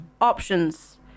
options